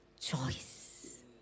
choice